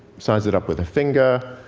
size it up with a finger,